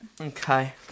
Okay